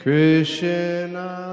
Krishna